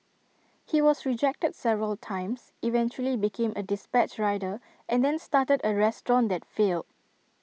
he was rejected several times eventually became A dispatch rider and then started A restaurant that failed